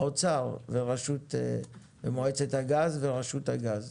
האוצר ומועצת הגז ורשות הגז.